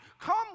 Come